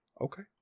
Okay